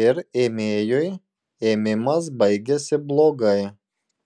ir ėmėjui ėmimas baigiasi blogai